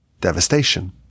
devastation